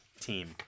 team